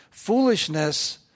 Foolishness